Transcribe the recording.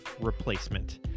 replacement